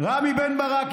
רמי בן ברק,